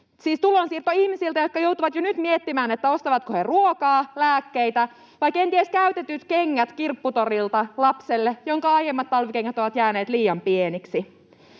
siis tulonsiirto ihmisiltä, jotka joutuvat jo nyt miettimään, ostavatko he ruokaa, lääkkeitä vai kenties käytetyt kengät kirpputorilta lapselle, jonka aiemmat talvikengät ovat jääneet liian pieniksi.